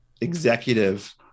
executive